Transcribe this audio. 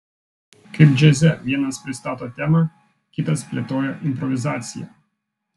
kaip džiaze vienas pristato temą kitas plėtoja improvizaciją